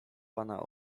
pana